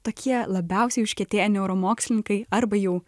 tokie labiausiai užkietėję neuromokslininkai arba jau